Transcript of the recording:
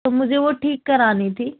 تو مجھے وہ ٹھیک کرانی تھی